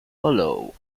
hollow